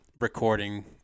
recording